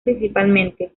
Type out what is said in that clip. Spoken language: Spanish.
principalmente